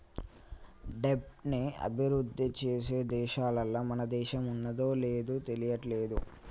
దెబ్ట్ ని అభిరుద్ధి చేసే దేశాలల్ల మన దేశం ఉన్నాదో లేదు తెలియట్లేదు